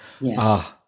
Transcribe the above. Yes